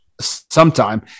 sometime